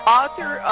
author